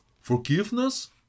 Forgiveness